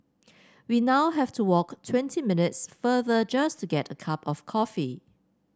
we now have to walk twenty minutes farther just to get a cup of coffee